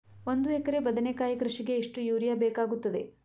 ಒಂದು ಎಕರೆ ಬದನೆಕಾಯಿ ಕೃಷಿಗೆ ಎಷ್ಟು ಯೂರಿಯಾ ಬೇಕಾಗುತ್ತದೆ?